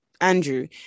Andrew